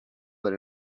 but